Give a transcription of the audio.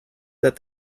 that